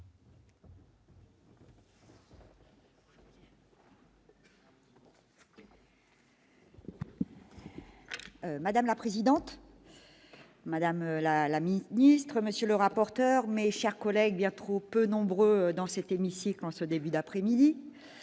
Madame la présidente, madame la ministre, monsieur le rapporteur, mes chers collègues, bien trop peu nombreux dans cet hémicycle- je pensais